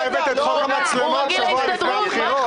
אתה הבאת את חוק המצלמות שבוע לפני הבחירות.